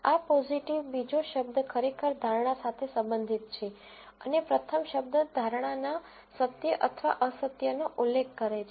આ પોઝીટિવ બીજો શબ્દ ખરેખર ધારણા સાથે સંબંધિત છે અને પ્રથમ શબ્દ ધારણાના સત્ય અથવા અ સત્યનો ઉલ્લેખ કરે છે